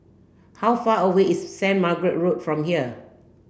how far away is Saint Margaret Road from here